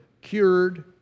cured